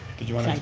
did you want like